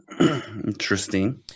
Interesting